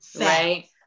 right